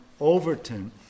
Overton